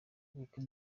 ubukwe